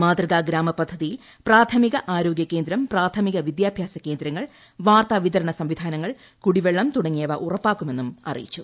മാതൃകാ ഗ്രാമപദ്ധതിയിൽ പ്രാഥമിക ആരോഗൃകേന്ദ്രം പ്രാഥമിക വിദ്യാഭ്യാസ കേന്ദ്രങ്ങൾ വാർത്താ വിതരണ സംവിധാനങ്ങൾ കുടിവെള്ള തുടങ്ങിയവ ഉറപ്പാക്കുമെന്നും അറിയിച്ചു